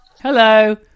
Hello